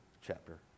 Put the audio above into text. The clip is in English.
chapter